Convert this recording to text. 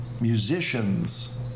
Musicians